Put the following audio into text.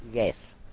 yes.